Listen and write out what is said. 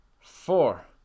four